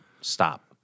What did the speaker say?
stop